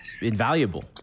invaluable